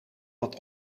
dat